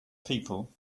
people